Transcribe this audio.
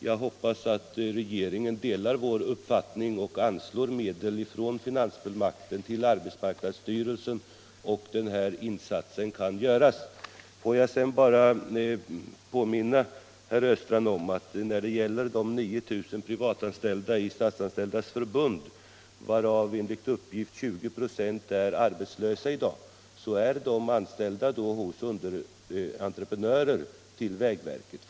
Jag hoppas att regeringen delar vår uppfattning och anslår medel från finansfullmakten till arbetsmarknadsstyrelsen så att insatser kan göras. Får jag sedan bara påminna herr Östrand om att de 9 000 privatanställda i Statsanställdas förbund, av vilka enligt uppgift ca 20 96 i dag är arbetslösa, är anställda hos underentreprenörer till vägverket.